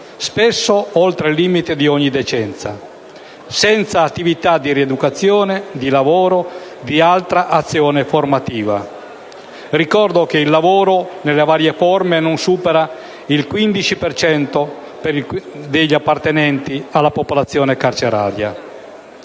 spesso oltre il limite di ogni decenza, senza attività di rieducazione, di lavoro, di altra azione formativa. Ricordo che il numero di soggetti dediti alle varie forme di lavoro non supera il 15 per cento degli appartenenti alla popolazione carceraria.